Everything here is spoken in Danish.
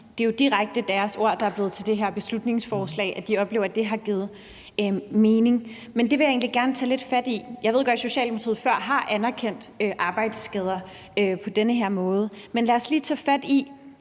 det er direkte deres ord, der er blevet til det her beslutningsforslag, men det vil jeg egentlig gerne tage lidt fat i. Jeg ved godt, at Socialdemokratiet før har anerkendt arbejdsskader på den her måde. Lige nu er det jo